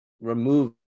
remove